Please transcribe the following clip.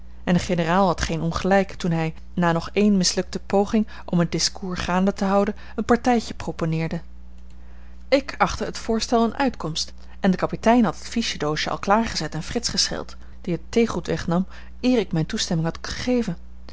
en de generaal had geen ongelijk toen hij na nog eene mislukte poging om het discours gaande te houden een partijtje proponeerde ik achtte het voorstel eene uitkomst en de kapitein had het fiche doosje al klaar gezet en frits gescheld die het theegoed wegnam eer ik mijne toestemming had gegeven